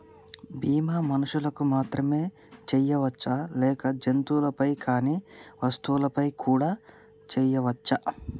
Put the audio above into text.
బీమా మనుషులకు మాత్రమే చెయ్యవచ్చా లేక జంతువులపై కానీ వస్తువులపై కూడా చేయ వచ్చా?